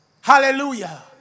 Hallelujah